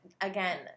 again